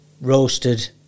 roasted